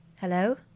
Hello